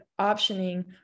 optioning